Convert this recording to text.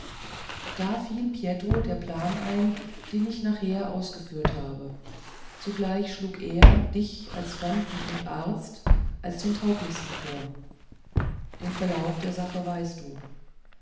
da fiel pietro der plan ein den ich nachher ausgeführt habe zugleich schlug er dich als fremden und arzt als den tauglichsten vor den verlauf der sache weißt du